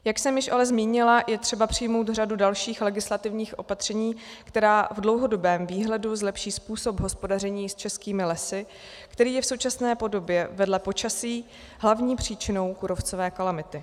Jak jsem již ale zmínila, je třeba přijmout řadu dalších legislativních opatření, která v dlouhodobém výhledu zlepší způsob hospodaření s českými lesy, který je v současné podobě vedle počasí hlavní příčinou kůrovcové kalamity.